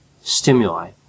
stimuli